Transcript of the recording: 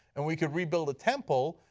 and we can we build a temple,